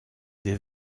des